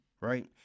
right